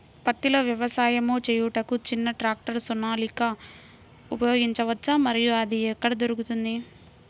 పత్తిలో వ్యవసాయము చేయుటకు చిన్న ట్రాక్టర్ సోనాలిక ఉపయోగించవచ్చా మరియు అది ఎక్కడ దొరుకుతుంది?